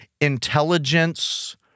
intelligence